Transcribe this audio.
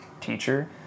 teacher